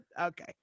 Okay